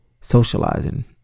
socializing